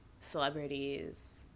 celebrities